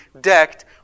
decked